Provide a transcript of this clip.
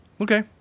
Okay